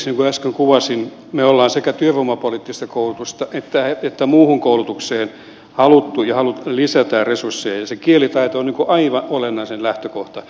niin kuin äsken kuvasin me olemme sekä työvoimapoliittiseen koulutukseen että muuhun koulutukseen halunneet lisätä resursseja ja se kielitaito on aivan olennaisin lähtökohta kaikelle tälle